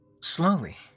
Slowly